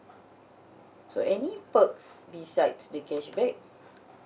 so any perks besides the cashback